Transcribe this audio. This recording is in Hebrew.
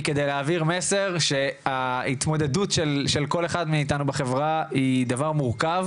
היא כדי להעביר מסר שההתמודדות של כל אחד מאיתנו בחברה היא דבר מורכב,